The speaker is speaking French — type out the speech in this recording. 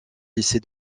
lycée